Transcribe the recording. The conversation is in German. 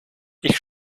ich